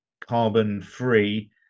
carbon-free